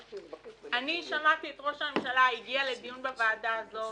אני שמעתי את ראש הממשלה שהגיע לדיון בוועדה הזאת